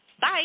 Bye